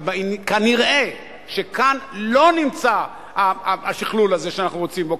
אבל כנראה שכאן לא נמצא השכלול הזה שאנחנו רוצים בו.